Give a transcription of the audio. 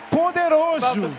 poderoso